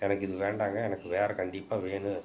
எனக்கு இது வேண்டாம்ங்க எனக்கு வேறு கண்டிப்பாக வேணும்